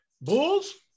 Bulls